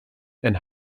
and